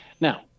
now